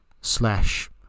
slash